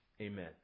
Amen